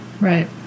right